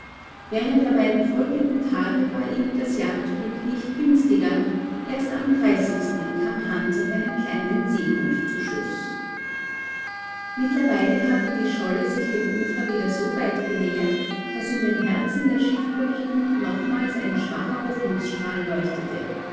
während der beiden folgenden tage war ihnen das jagdglück nicht günstiger erst am kam hans auf einen kleinen seehund zu schuß mittlerweile hatte die scholle sich dem ufer wieder so weit genähert daß in den herzen der schiffbrüchigen nochmals ein schwacher hoffnungstrahl leuchtete